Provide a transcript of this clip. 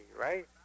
right